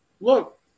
Look